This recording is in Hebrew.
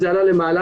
זה עלה למעלה.